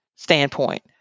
Standpoint